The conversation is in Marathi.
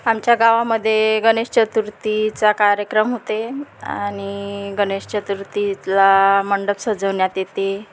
आमच्या गावामध्ये गणेश चतुर्थीचा कार्यक्रम होते आणि गणेश चतुर्थीतला मंडप सजवण्यात येते